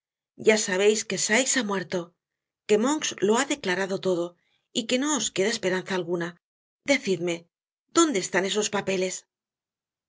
ya sabeis que sikes ha muerto que monks lo ha declarado todo y que no os queda esperanza alguna decidme dónde están esos papeles